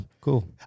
Cool